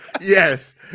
Yes